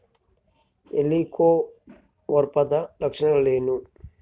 ಹೆಲಿಕೋವರ್ಪದ ಲಕ್ಷಣಗಳೇನು?